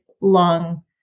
long